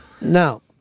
Now